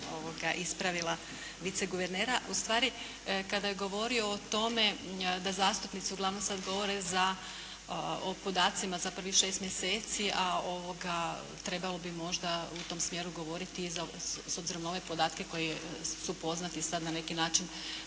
ispravila viceguvernera. U stvari kada je govorio o tome da zastupnici uglavnom sad govore o podacima za prvih šest mjeseci, a trebalo bi možda u tom smjeru govoriti s obzirom na ove podatke koji su poznati sad na neki način